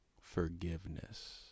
forgiveness